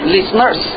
Listeners